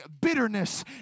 bitterness